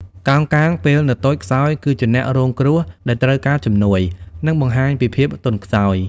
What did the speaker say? កោងកាងពេលនៅតូចខ្សោយគឺជាអ្នករងគ្រោះដែលត្រូវការជំនួយ និងបង្ហាញពីភាពទន់ខ្សោយ។